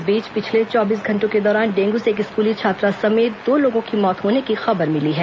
इस बीच पिछले चौबीस घंटों के दौरान डेंगू से एक स्कूली छात्रा समेत दो लोगों की मौत होने की खबर मिली है